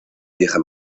vieja